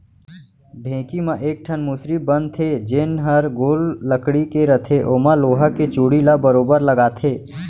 ढेंकी म एक ठन मुसरी बन थे जेन हर गोल लकड़ी के रथे ओमा लोहा के चूड़ी ल बरोबर लगाथे